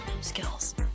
skills